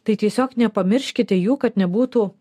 tai tiesiog nepamirškite jų kad nebūtų